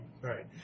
right